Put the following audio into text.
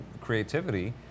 creativity